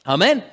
Amen